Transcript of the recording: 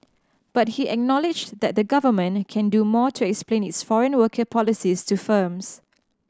but he acknowledged that the Government can do more to explain its foreign worker policies to firms